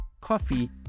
Coffee